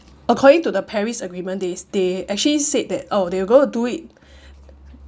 according to the paris agreement they they actually said that oh they gonna do it